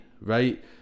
right